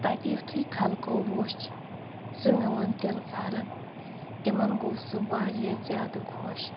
تَتہِ یُتھُے خلقو وُچھ سُہ میٛون تِلہٕ پھرَن تِمَن گوٚو سُہ واریاہ زیادٕ خۄش